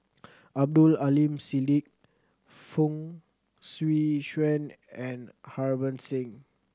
Abdul Aleem Siddique Fong Swee Suan and Harbans Singh